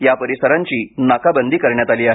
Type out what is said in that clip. या परिसराची नाकाबंदी करण्यात आली आहे